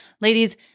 Ladies